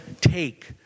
take